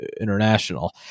international